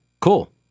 Cool